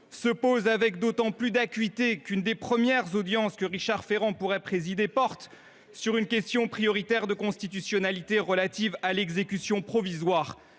se pose avec d’autant plus d’acuité que l’une des premières audiences que Richard Ferrand pourrait présider concerne une question prioritaire de constitutionnalité (QPC) relative à l’exécution provisoire